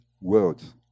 words